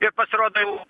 ir pasirodo jau